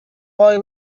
why